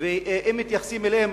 ואם מתייחסים אליהם,